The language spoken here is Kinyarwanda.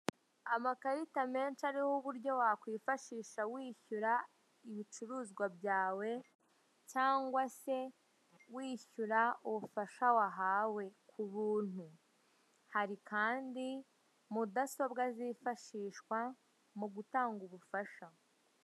Amakarita menshi ariho uburyo wakwifashisha wishyura ibicuruzwa byawe, cyangwa se wishyura ubufasa wahawe, ku buntu. Hari kandi mudasobwa zifashihswa mu gutanga ubufasha.